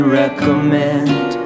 recommend